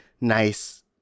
nice